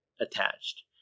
attached